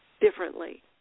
differently